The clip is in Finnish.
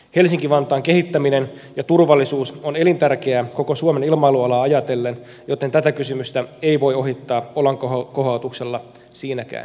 helsinki vantaan kehittäminen ja turvallisuus on elintärkeä koko suomen ilmailualaa ajatellen joten tätä kysymystä ei voi ohittaa olan kohautuksella siinäkään suhteessa